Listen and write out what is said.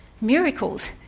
Miracles